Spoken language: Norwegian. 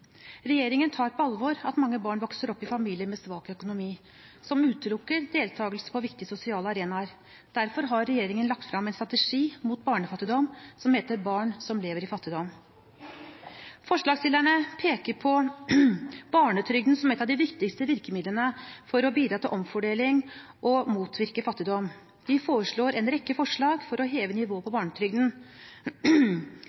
Regjeringen tar på alvor at mange barn vokser opp i familier med svak økonomi, som utelukker deltakelse på viktige sosiale arenaer. Derfor har regjeringen lagt frem en strategi mot barnefattigdom som heter «Barn som lever i fattigdom». Forslagsstillerne peker på barnetrygden som et av de viktigste virkemidlene for å bidra til omfordeling og motvirke fattigdom. De foreslår en rekke forslag for å heve nivået på barnetrygden.